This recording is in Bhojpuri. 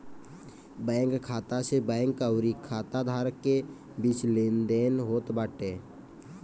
बैंक खाता से बैंक अउरी खाता धारक के बीच लेनदेन होत बाटे